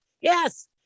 Yes